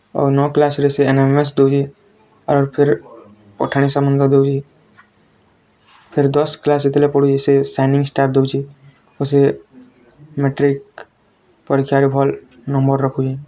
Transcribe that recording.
ଆରୁ ନଅ କ୍ଲାସ୍ ରେ ସେ ଏନ୍ ଏନ୍ ଏମ୍ ଏସ୍ ଦେଉଛେ ଆର୍ ଫେର୍ ପଠାଣି ସାମନ୍ତ ଦେଉଛେ ଫେର୍ ଦଶ୍ କ୍ଲାସ୍ ଯେତେବେଲେ ପଢୁଛେ ପୁଣି ସେ ସାଇନିଙ୍ଗ୍ ଷ୍ଟାର୍ ଦେଉଛେ ଆଉ ସିଏ ମେଟ୍ରିକ୍ ପରୀକ୍ଷା ରେ ଭଲ୍ ନମ୍ବର୍ ରଖୁଛେ